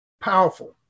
powerful